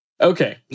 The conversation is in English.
okay